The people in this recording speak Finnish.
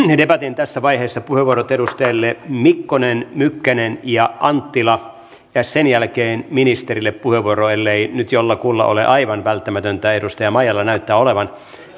debatin tässä vaiheessa puheenvuorot edustajille mikkonen mykkänen ja anttila ja sen jälkeen ministerille puheenvuoro ellei nyt jollakulla ole aivan välttämätöntä edustaja maijalalla näyttää olevan